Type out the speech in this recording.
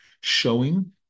Showing